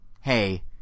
Hey